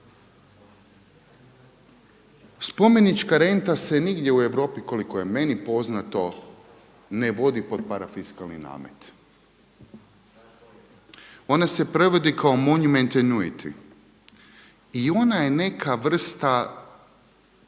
Spomenička renta se nigdje u Europi koliko je meni poznato ne vodi pod parafisklani namet. Ona se prevodi kao …/Govornik se ne razumije./… i ona je neka vrsta,